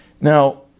Now